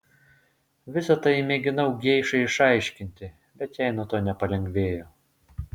visa tai mėginau geišai išaiškinti bet jai nuo to nepalengvėjo